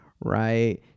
right